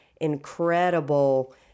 incredible